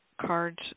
cards